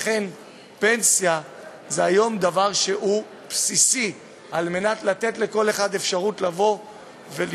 לכן פנסיה זה היום דבר שהוא בסיסי על מנת לתת לכל אחד אפשרות לפרוש,